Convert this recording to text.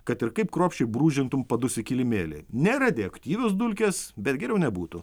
kad ir kaip kruopščiai brūžintum padus į kilimėlį ne radioaktyvios dulkės bet geriau nebūtų